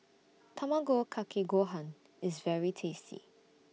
Tamago Kake Gohan IS very tasty